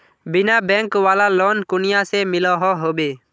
बिना बैंक वाला लोन कुनियाँ से मिलोहो होबे?